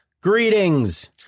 Greetings